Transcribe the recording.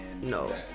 No